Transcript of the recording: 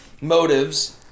motives